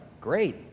Great